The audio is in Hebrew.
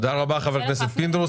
תודה רבה, חבר הכנסת פינדרוס.